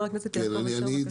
חבר הכנסת יעקב אשר, בבקשה.